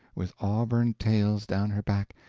with auburn tails down her back,